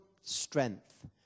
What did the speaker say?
strength